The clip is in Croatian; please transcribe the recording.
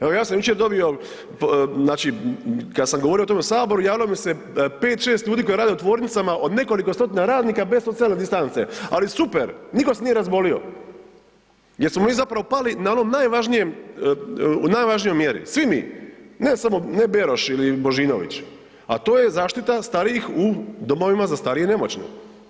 Evo ja sam jučer dobio, znači kad sam govorio o tome u saboru javilo mi se 5, 6 ljudi koji rade u tvornicama od nekoliko stotina radnika bez socijalne distance, ali super nitko se nije razbolio jer smo mi zapravo pali na onoj najvažnijom mjeri, svi mi, ne samo Beroš ili Božinović, a to je zaštita starijih u domovima za starije i nemoćne.